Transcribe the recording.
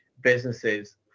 businesses